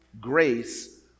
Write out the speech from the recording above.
grace